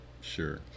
Sure